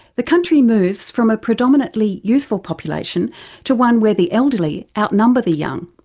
the country moves from a predominantly youthful population to one where the elderly outnumber the young.